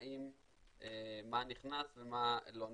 מה נכנס ומה לא נכנס.